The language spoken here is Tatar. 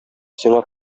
сиңа